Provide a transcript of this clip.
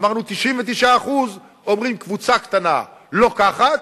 אמרנו, 99% אומרים: קבוצה קטנה לוקחת,